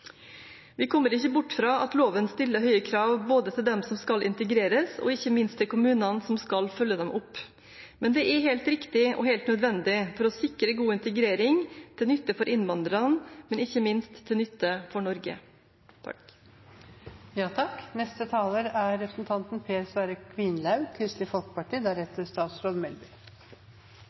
Vi kommer ikke bort fra at loven stiller høye krav til dem som skal integreres, og ikke minst til kommunene som skal følge dem opp, men det er helt riktig og helt nødvendig for å sikre god integrering, til nytte for innvandrerne og ikke minst til nytte for Norge.